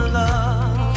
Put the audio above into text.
love